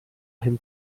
him